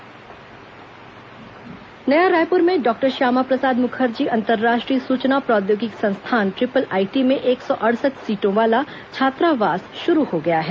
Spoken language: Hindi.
मुख्यमंत्री ट्रिपल आईटी नया रायपुर में डॉक्टर श्यामा प्रसाद मुखर्जी अंतर्राष्ट्रीय सुचना प्रौद्योगिकी संस्थान ट्रिपल आईटी में एक सौ अडसठ सीटों वाला छात्रावास शुरू हो गया है